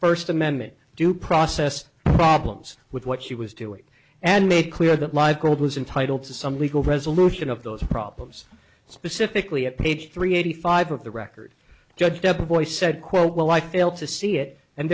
first amendment due process problems with what she was doing and made clear that live gold was entitle to some legal resolution of those problems specifically at page three eighty five of the record judge deborah boy said quote well i fail to see it and